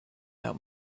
out